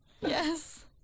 Yes